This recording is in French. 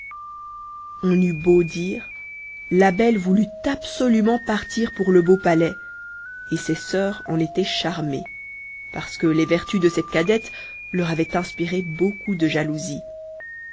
on eut beau dire la belle voulut absolument partir pour le beau palais et ses sœurs en étaient charmées parce que les vertus de cette cadette leur avaient inspiré beaucoup de jalousie